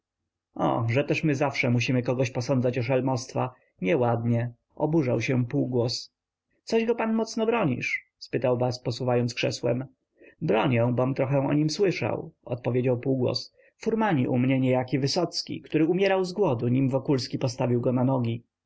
o że też my zawsze kogoś musimy posądzać o szelmostwa nieładnie oburzał się półgłos coś go pan mocno bronisz spytał bas posuwając krzesłem bronię bom trochę o nim słyszał odpowiedział półgłos furmani u mnie niejakiś wysocki który umierał z głodu nim wokulski postawił go na nogi